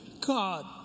God